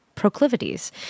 Proclivities